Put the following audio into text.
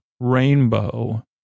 rainbow